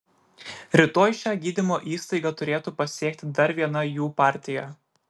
rytoj šią gydymo įstaigą turėtų pasiekti dar viena jų partija